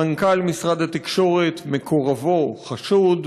מנכ"ל משרד התקשורת, מקורבו, חשוד,